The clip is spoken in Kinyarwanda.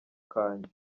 kanjye